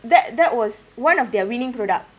that that was one of their winning product